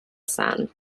san